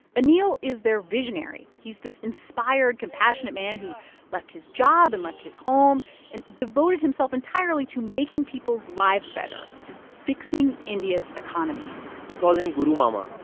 is their visionary. he's this inspired, compassionate man who left his job and left his home and devoted himself entirely to making people's lives better to fixing india's economy we call him guru mama.